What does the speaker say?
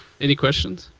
any questions?